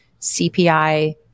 CPI